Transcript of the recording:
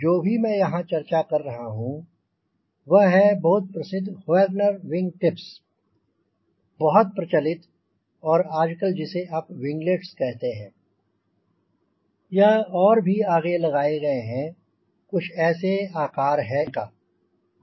जो भी मैं यहांँ चर्चा कर रहा हूँ वह है बहुत प्रसिद्ध होएर्नर विंग टिप्स बहुत प्रचलित और आजकल जिसे आप विंगलेट्स कहते हैं यह और भी आगे लगाए गए हैं कुछ ऐसे आकार हैं इनका